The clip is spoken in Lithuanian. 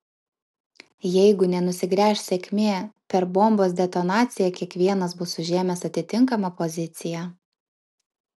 jeigu nenusigręš sėkmė per bombos detonaciją kiekvienas bus užėmęs atitinkamą poziciją